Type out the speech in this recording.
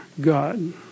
God